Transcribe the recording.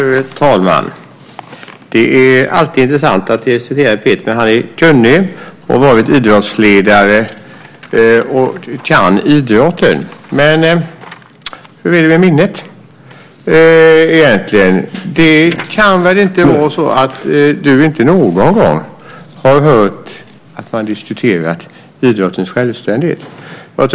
Herr talman! Det är alltid intressant att diskutera med Peter. Han är kunnig, har varit idrottsledare och kan idrotten. Men hur är det egentligen med minnet? Det kan väl inte vara så att du inte någon gång har hört att man diskuterat idrottens självständighet.